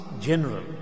general